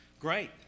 great